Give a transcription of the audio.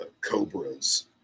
cobras